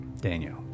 Daniel